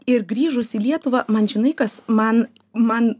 ir grįžus į lietuvą man žinai kas man man